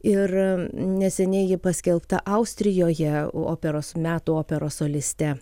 ir neseniai ji paskelbta austrijoje operos metų operos soliste